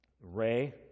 Ray